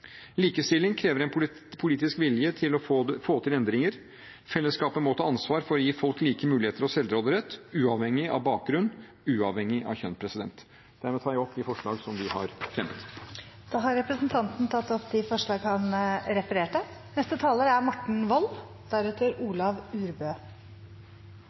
Likestilling krever en politisk vilje til å få til endringer. Fellesskapet må ta ansvar for å gi folk like muligheter og selvråderett, uavhengig av bakgrunn, uavhengig av kjønn. Dermed tar jeg opp de forslag som vi har fremmet. Representanten Jonas Gahr Støre har tatt opp de forslagene han refererte